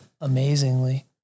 amazingly